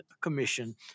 Commission